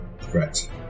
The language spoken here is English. Correct